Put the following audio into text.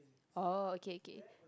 oh okay okay